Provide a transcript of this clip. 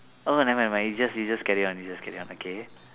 oh never mind never mind you just you just carry on you just carry on okay